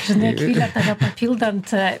žinai akvile tave papildant